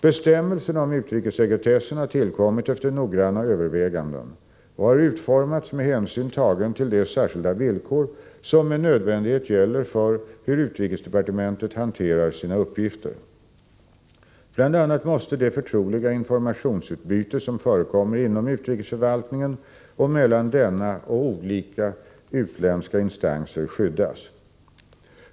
Bestämmelserna om utrikessekretessen har tillkommit efter noggranna överväganden och har utformats med hänsyn tagen till de särskilda villkor som med nödvändighet gäller för hur utrikesdepartementet hanterar sina uppgifter. Bl. a. måste det förtroliga informationsutbyte som förekommer inom utrikesförvaltningen och mellan denna och olika utländska instanser skyddas.